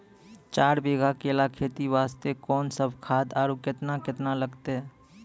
चार बीघा केला खेती वास्ते कोंन सब खाद आरु केतना केतना लगतै?